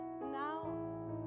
Now